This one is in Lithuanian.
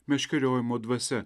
meškeriojimo dvasia